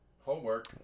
Homework